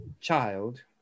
Child